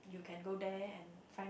you can go there and find out